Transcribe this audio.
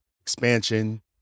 expansion